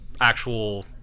actual